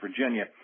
Virginia